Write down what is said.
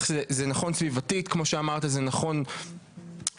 זה נכון סביבתית וכמו שאמרת זה נכון תחבורתית,